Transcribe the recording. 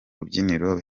rubyiniro